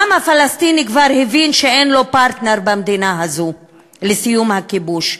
העם הפלסטיני כבר הבין שאין לו פרטנר במדינה הזאת לסיום הכיבוש.